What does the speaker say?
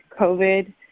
COVID